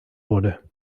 wurde